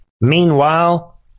Meanwhile